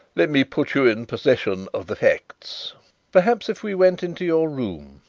let me put you in possession of the facts perhaps if we went into your room,